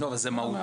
לא, אבל זה מהותי.